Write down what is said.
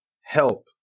help